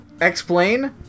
Explain